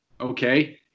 Okay